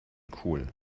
cool